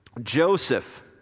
Joseph